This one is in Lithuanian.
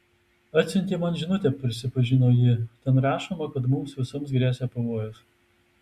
atsiuntė man žinutę prisipažino ji ten rašoma kad mums visoms gresia pavojus